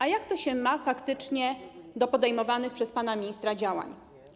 A jak to się ma faktycznie do podejmowanych przez pana ministra działań?